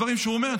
דברים שהוא אומר,